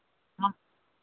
हाँ